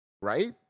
right